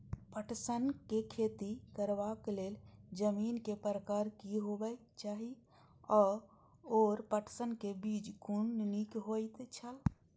पटसन के खेती करबाक लेल जमीन के प्रकार की होबेय चाही आओर पटसन के बीज कुन निक होऐत छल?